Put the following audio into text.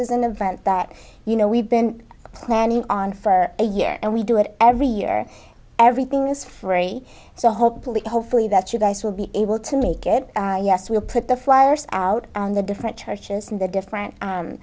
is an event that you know we've been planning on for a year and we do it every year everything is free so hopefully hopefully that you guys will be able to make it yes we'll put the flyers out on the different churches and the different